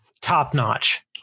top-notch